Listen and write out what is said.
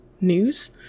news